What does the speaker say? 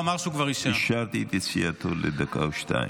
אישרתי את יציאתו לדקה או שתיים.